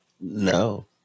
No